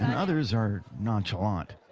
and others are nonchalant.